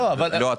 לא אתה.